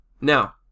Now